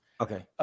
okay